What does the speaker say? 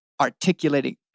articulating